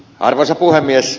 arvoisa puhemies